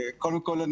קודם כל,